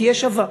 תהיה שווה.